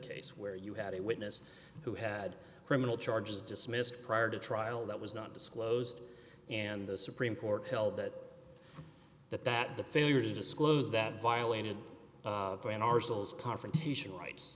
case where you had a witness who had criminal charges dismissed prior to trial that was not disclosed and the supreme court held that that that the failure to disclose that violated in arsenal's confrontation rights